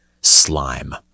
slime